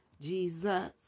Jesus